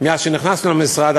מאז נכנסנו למשרד,